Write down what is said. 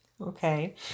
Okay